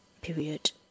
period